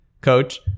coach